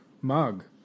mug